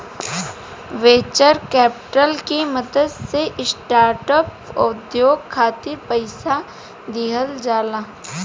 venture capital के मदद से स्टार्टअप उद्योग खातिर पईसा दिहल जाला